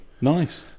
Nice